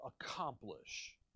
accomplish